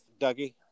Dougie